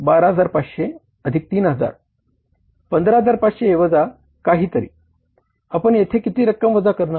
12500 अधिक 3000 15500 वजा काहीतरी आपण येथे किती रक्कम वजा करणार